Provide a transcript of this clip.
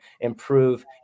improve